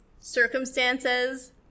circumstances